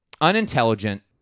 unintelligent